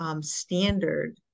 Standard